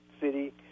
city